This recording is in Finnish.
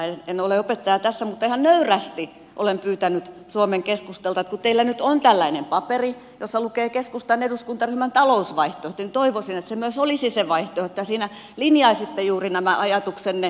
en ole opettaja tässä mutta ihan nöyrästi olen pyytänyt suomen keskustalta että kun teillä nyt on tällainen paperi jossa lukee keskustan eduskuntaryhmän talousvaihtoehto niin toivoisin että se myös olisi se vaihtoehto ja siinä linjaisitte juuri nämä ajatuksenne